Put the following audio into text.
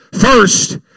First